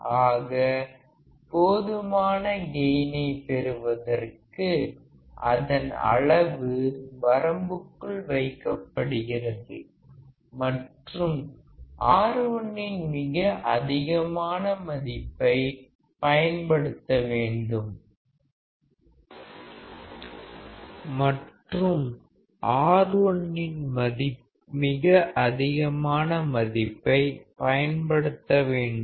ஆக போதுமான கெயினை பெறுவதற்கு அதன் அளவு வரம்புக்குள் வைக்கப்படுகிறது மற்றும் R1 இன் மிக அதிகமான மதிப்பை பயன்படுத்த வேண்டும்